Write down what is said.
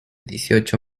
dieciocho